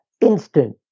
instant